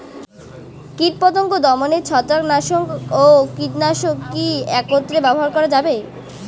কীটপতঙ্গ দমনে ছত্রাকনাশক ও কীটনাশক কী একত্রে ব্যবহার করা যাবে?